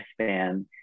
lifespan